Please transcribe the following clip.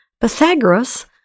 Pythagoras